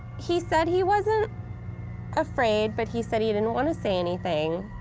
he said he wasn't afraid, but he said he didn't wanna say anything,